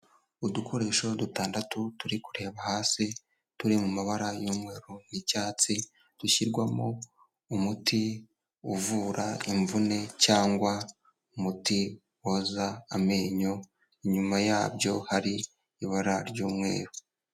Udukoresho dutandatu turi kureba hasi turi mu mabara y'umweru y'icyatsi dushyirwamo umuti uvura imvune cyangwa umuti woza amenyo, inyuma yabyo hari ibara ry'umweru.